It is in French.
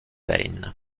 veynes